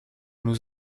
nous